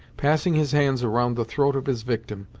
passing his hands around the throat of his victim,